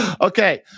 Okay